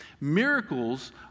Miracles